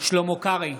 שלמה קרעי,